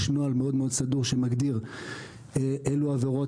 יש נוהל מאוד סדור שמגדיר איזה עבירות